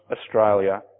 Australia